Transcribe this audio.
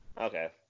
Okay